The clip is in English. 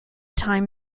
time